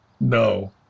no